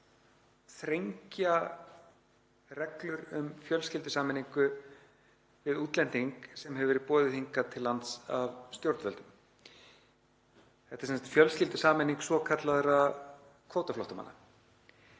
þrengja reglur um fjölskyldusameiningu við útlending sem hefur verið boðið hingað til lands af stjórnvöldum. Þetta er sem sagt fjölskyldusameining svokallaðra kvótaflóttamanna.